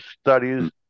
studies